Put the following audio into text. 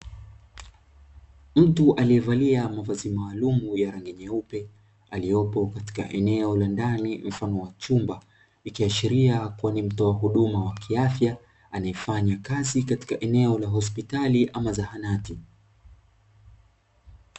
Mtu aliyevalia mavazi maalumu ya rangi nyeupe, aliyopo eneo la ndani mfano wa chumba, ikiashiria ni mtoa huduma wa kiafya anayefanya kazi katika eneo la hospitali ama zahanati.